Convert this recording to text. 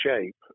shape